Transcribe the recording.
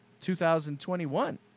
2021